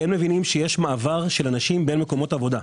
מבינים שיש מעבר של אנשים בין מקומות עבודה.